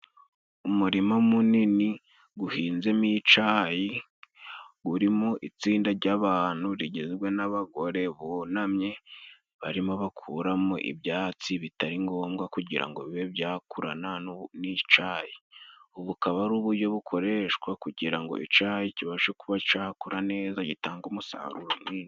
Umurima munini guhinzemo icayi, urimo itsinda jy'abantu rigizwe n'abagore bunamye barimo bakuramo ibyatsi bitari ngombwa kugira ngo bibe byakurana n'icayi. Ubu bukaba ari ubujyo bukoreshwa kugira ngo icayi kibashe kuba cakura neza gitange umusaruro.